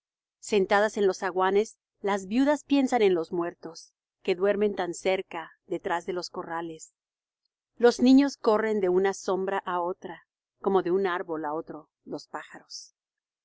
sentadas en los zaguanes las viudas piensan en los muertos que duermen tan cerca detrás de los corrales los niños corren de una sombra á otra como de un árbol á otro los pájaros